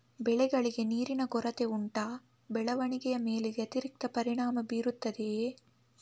ಬೆಳೆಗಳಿಗೆ ನೀರಿನ ಕೊರತೆ ಉಂಟಾ ಬೆಳವಣಿಗೆಯ ಮೇಲೆ ವ್ಯತಿರಿಕ್ತ ಪರಿಣಾಮಬೀರುತ್ತದೆಯೇ?